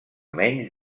menys